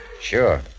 Sure